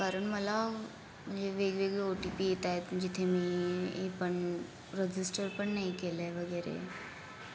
कारण मला म्हणजे वेगवेगळे ओ टी पी येत आहेत जिथे मी हे पण रजिस्टर पण नाही केलं आहे वगैरे